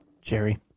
Jerry